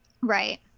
Right